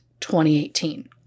2018